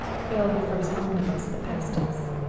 hailed the first omnibus that passed us.